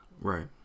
right